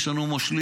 יש לנו מושלים.